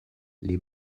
les